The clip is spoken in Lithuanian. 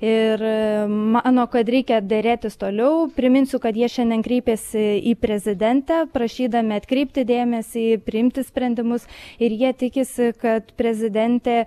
ir mano kad reikia derėtis toliau priminsiu kad jie šiandien kreipėsi į prezidentę prašydami atkreipti dėmesį priimti sprendimus ir jie tikisi kad prezidentė